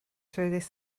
through